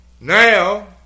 Now